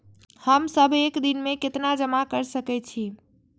हम सब एक दिन में केतना जमा कर सके छी?